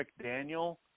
McDaniel